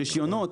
רישיונות,